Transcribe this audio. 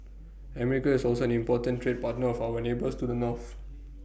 America is also an important trade partner of our neighbours to the north